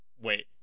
wait